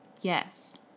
Yes